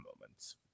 moments